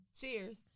Cheers